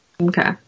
Okay